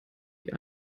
die